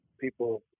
people